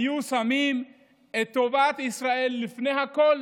הם היו שמים את טובת ישראל לפני הכול